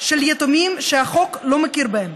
של יתומים שהחוק לא מכיר בהם,